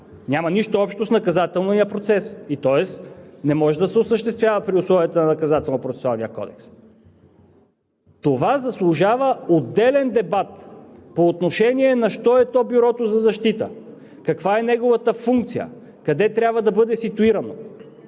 няма нищо общо с наказателния процес, тоест не може да се осъществява при условията на Наказателно-процесуалния кодекс. Това заслужава отделен дебат по отношение на що е то Бюрото за защита, каква е неговата функция, къде трябва да бъде ситуирано,